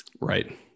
Right